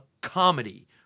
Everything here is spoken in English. comedy